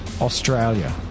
Australia